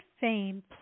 fame